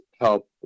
help